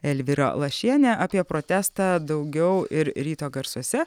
elvyra lašienė apie protestą daugiau ir ryto garsuose